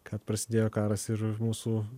kad prasidėjo karas ir mūsų